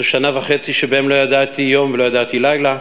זו שנה וחצי שבה לא ידעתי יום ולא ידעתי לילה,